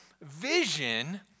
vision